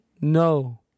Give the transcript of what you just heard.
no